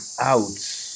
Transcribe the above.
out